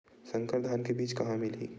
संकर धान के बीज कहां मिलही?